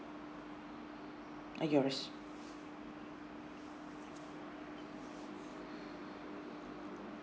at your restaurant